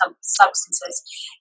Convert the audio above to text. substances